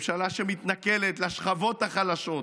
ממשלה שמתנכלת לשכבות החלשות,